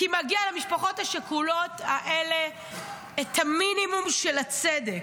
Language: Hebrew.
כי מגיע למשפחות השכולות האלה המינימום של הצדק,